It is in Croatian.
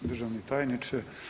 Državni tajniče.